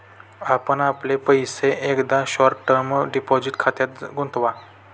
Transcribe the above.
आपण आपले पैसे एकदा शॉर्ट टर्म डिपॉझिट खात्यात गुंतवा